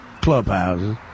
clubhouses